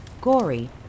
gory